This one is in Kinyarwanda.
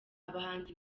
abahanzi